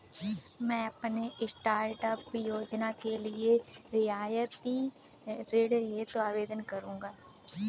मैं अपने स्टार्टअप योजना के लिए रियायती ऋण हेतु आवेदन करूंगा